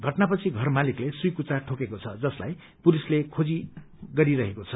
घटना पछि घर मालिकले सुँँकुच्चा ठोकेको छ जसलाई पुलिसले खोजी गरिरहेको छ